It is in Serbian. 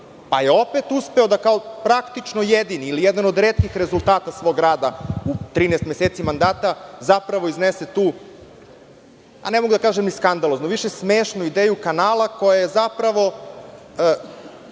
pa je opet uspeo da kao praktično jedini ili jedan od retkih rezultata svog rada u trinaest meseci mandata zapravo iznese tu, ne mogu da kažem ni skandalozno, više smešno ideju kanala koja je zapravo